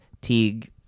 Teague